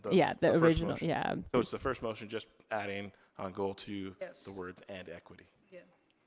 yeah, the original. yeah it was the first motion just adding on goal two yes. the words, and equity. yes.